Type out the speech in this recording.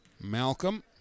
Malcolm